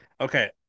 Okay